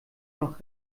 noch